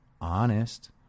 honest